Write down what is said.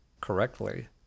correctly